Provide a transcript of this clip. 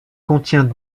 contient